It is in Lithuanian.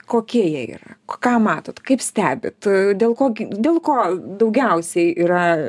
kokie jie yra ką matot kaip stebit dėl ko dėl ko daugiausiai yra